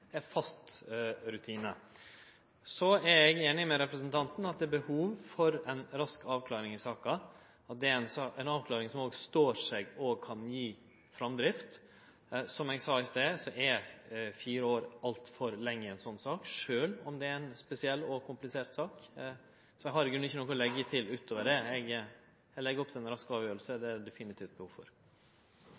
fast rutine. Så er eg einig med representanten i at det er behov for ei rask avklaring i saka, og at det er ei avklaring som kan stå seg og gje framdrift. Som eg sa i stad, er fire år altfor lenge i ei slik sak, sjølv om det er ei spesiell og komplisert sak. Så eg har i grunnen ikkje noko å leggje til utover det. Eg legg opp til ei rask avgjerd. Det er det definitivt behov for.